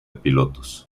pilotos